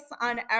on